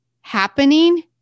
happening